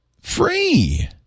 free